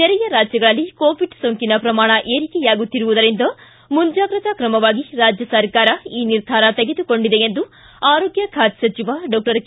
ನೆರೆಯ ರಾಜ್ಯಗಳಲ್ಲಿ ಕೋವಿಡ್ ಸೋಂಕಿನ ಪ್ರಮಾಣ ಏರಿಕೆಯಾಗುತ್ತಿರುವುದರಿಂದ ಮುಂಜಾಗ್ರತಾ ತ್ರಮವಾಗಿ ರಾಜ್ಯ ಸರ್ಕಾರ ಈ ನಿರ್ಧಾರ ತೆಗೆದುಕೊಂಡಿದೆ ಎಂದು ಆರೋಗ್ಯ ಖಾತೆ ಸಚಿವ ಡಾಕ್ಟರ್ ಕೆ